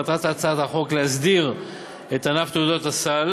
מטרת הצעת החוק להסדיר את ענף תעודות הסל